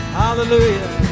hallelujah